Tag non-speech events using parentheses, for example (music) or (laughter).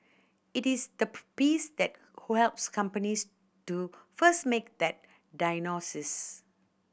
it is the (unintelligible) piece that helps companies to first make that diagnosis